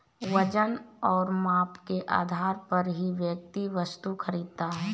वजन और माप के आधार पर ही व्यक्ति वस्तु खरीदता है